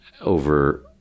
over